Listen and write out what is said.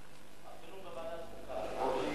אדוני